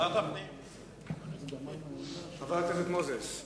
חבר הכנסת מוזס,